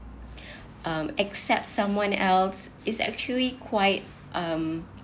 um accept someone else is actually quite um